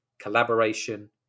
collaboration